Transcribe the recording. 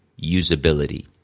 Usability